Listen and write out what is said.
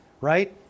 right